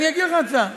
אני אגיד לך מה ההצעה.